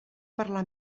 parlar